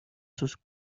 sus